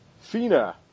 fina